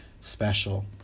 special